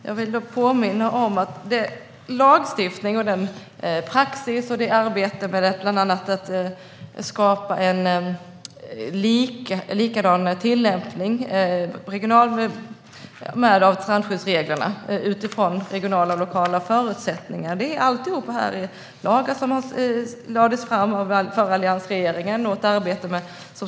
Herr talman! Vad gäller denna lagstiftning, rådande praxis och arbetet med att bland annat skapa en likvärdig tillämpning av strandskyddsreglerna utifrån regionala och lokala förutsättningar vill jag påminna om att alla dessa lagar infördes av den tidigare alliansregeringen.